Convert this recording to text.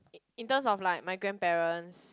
in terms of like my grandparents